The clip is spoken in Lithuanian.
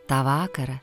tą vakarą